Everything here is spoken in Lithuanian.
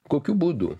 kokiu būdu